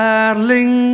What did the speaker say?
Darling